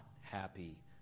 happy